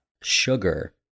Sugar